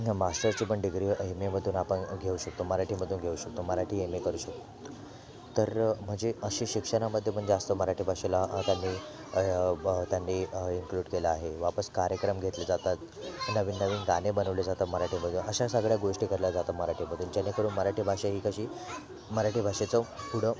मास्टरची पण degree M एमधून आपण घेऊ शकतो मराठीमधून घेऊ शकतो मराठी एम ए करू शकतो तर म्हणजे असे शिक्षणामध्ये पण जास्त मराठी भाषेला त्यांनी इन्क्लूड केलं आहे वापस कार्यक्रम घेतले जातात नवीन नवीन गाणे बनवले जातात मराठीमधून अशा सगळ्या गोष्टी केल्या जातात मराठीमधून जेणेकरून मराठी भाषा ही कशी मराठी भाषेचं पुढं